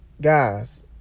Guys